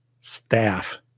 staff